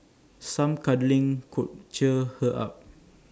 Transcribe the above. some cuddling could cheer her up